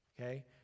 Okay